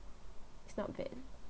it's not bad